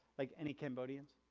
like any cambodians?